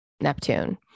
Neptune